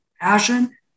passion